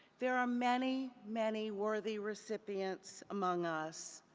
there are many, many worthy recipients among us,